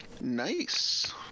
Nice